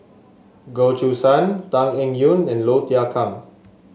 Goh Choo San Tan Eng Yoon and Low Thia Khiang